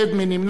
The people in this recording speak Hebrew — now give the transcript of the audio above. מי נמנע?